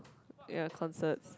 ya concerts